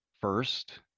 First